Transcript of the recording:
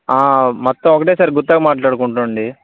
మొత్తం ఒకేసారి గుత్తగా మాట్లాడుకుంటామండి